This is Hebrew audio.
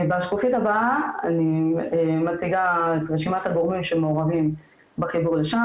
בשקופית הבאה אני מציגה את ר שימת הגורמים שמעורבים בחיבור לשע"ם,